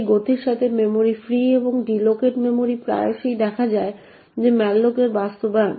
সেই গতির সাথে মেমরি ফ্রি এবং ডিলোকেট মেমরি প্রায়শই দেখা যায় যে malloc এর বাস্তবায়ন